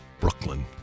Brooklyn